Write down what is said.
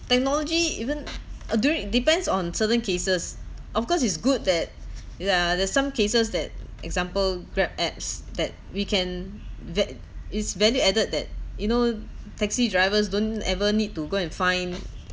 technology even uh during depends on certain cases of course it's good that yeah there's some cases that example grab apps that we can val~ it's value added that you know taxi drivers don't ever need to go and find